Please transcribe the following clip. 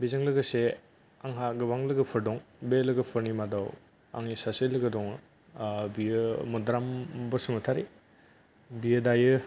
बेजों लोगोसे आंहा गोबां लोगोफोर दं बे लोगोफोरनि मादाव आंनि सासे लोगो दङ बियो मदाराम बसुमतारी बियो दायो